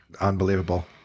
Unbelievable